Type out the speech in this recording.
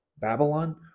Babylon